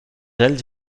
ells